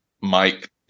mike